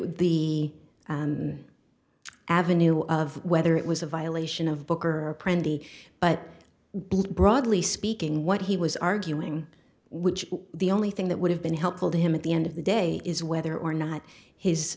the avenue of whether it was a violation of book or pretty but broadly speaking what he was arguing which the only thing that would have been helpful to him at the end of the day is whether or not h